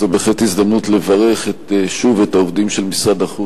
זו בהחלט הזדמנות לברך שוב את העובדים של משרד החוץ,